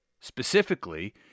specifically